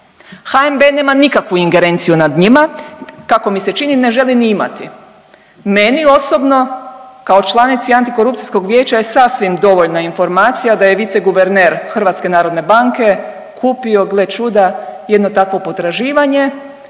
HNB nema nikakvu ingerenciju nad njima, kako mi se čini ne žele ni imati, meni osobno kao članici Antikorupcijskog vijeća je sasvim dovoljna informacija da je viceguverner HNB-a kupio gle čuda jedno takvo potraživanje